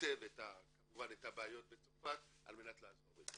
היטב את הבעיות בצרפת, על מנת לעזור.